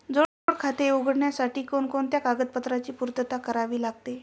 जोड खाते उघडण्याकरिता कोणकोणत्या कागदपत्रांची पूर्तता करावी लागते?